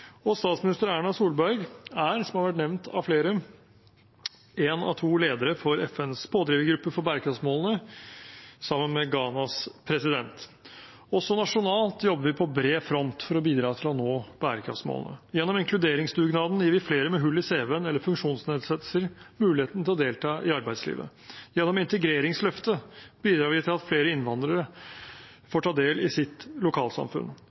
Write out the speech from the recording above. og statsminister Erna Solberg er, som det har vært nevnt av flere, én av to ledere for FNs pådrivergruppe for bærekraftsmålene, sammen med Ghanas president. Også nasjonalt jobber vi på bred front for å bidra til å nå bærekraftsmålene. Gjennom inkluderingsdugnaden gir vi flere med hull i cv-en eller funksjonsnedsettelser muligheten til å delta i arbeidslivet. Gjennom integreringsløftet bidrar vi til at flere innvandrere får ta del i sitt lokalsamfunn.